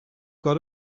got